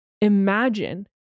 imagine